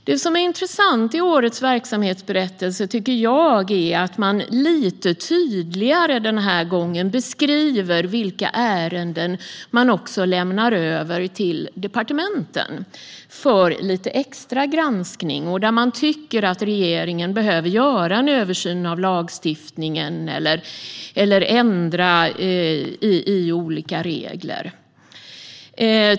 Det jag tycker är intressant i årets ämbetsberättelse är att man den här gången lite tydligare beskriver vilka ärenden som lämnas över till departementen för en extra granskning och där man tycker att regeringen behöver göra en översyn av lagstiftningen eller ändra i olika regler.